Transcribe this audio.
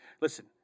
Listen